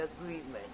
agreement